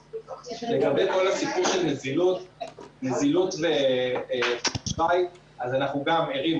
לגבי כל הסיפור של נזילות ואשראי אז אנחנו גם ערים,